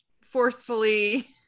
forcefully